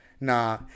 nah